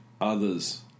others